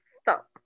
Stop